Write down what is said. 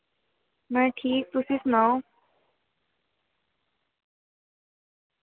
मैं ठीक तुसी सनाओ